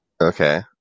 Okay